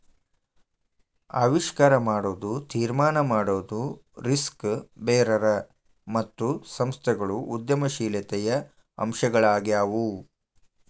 ಆವಿಷ್ಕಾರ ಮಾಡೊದು, ತೀರ್ಮಾನ ಮಾಡೊದು, ರಿಸ್ಕ್ ಬೇರರ್ ಮತ್ತು ಸಂಸ್ಥೆಗಳು ಉದ್ಯಮಶೇಲತೆಯ ಅಂಶಗಳಾಗ್ಯಾವು